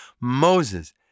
Moses